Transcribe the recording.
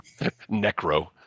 Necro